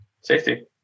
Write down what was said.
Safety